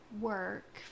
work